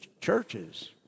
churches